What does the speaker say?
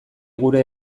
gure